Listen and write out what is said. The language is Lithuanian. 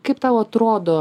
kaip tau atrodo